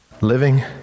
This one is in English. living